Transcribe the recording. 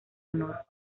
honor